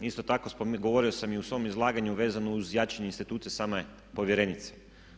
Isto tako govorio sam i u svom izlaganju vezano uz jačanje institucije same povjerenice.